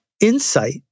insight